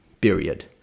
period